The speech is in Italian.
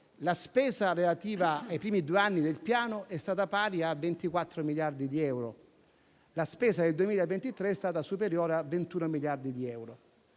la spesa relativa ai primi due anni del Piano è stata pari a 24 miliardi di euro. La spesa del 2023 è stata superiore a 21 miliardi di euro.